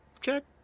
check